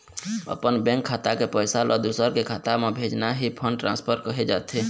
अपन बेंक खाता के पइसा ल दूसर के खाता म भेजना ही फंड ट्रांसफर कहे जाथे